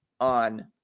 on